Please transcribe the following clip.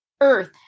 Earth